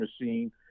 machine